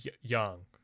Young